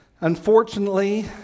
Unfortunately